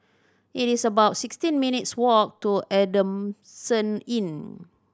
it is about sixteen minutes' walk to Adamson Inn